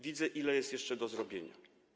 Widzę, ile jest jeszcze do zrobienia.